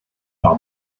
par